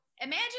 imagine